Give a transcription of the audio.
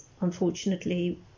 unfortunately